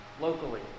locally